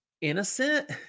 innocent